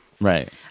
right